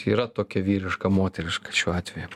yra tokia vyriška moteriška šiuo atveju